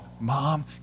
mom